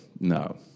no